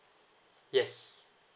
yes